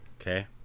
Okay